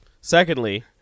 Secondly